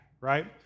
right